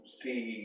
see